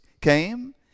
came